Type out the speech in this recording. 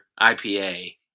IPA